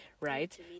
right